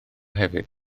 hefyd